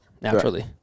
naturally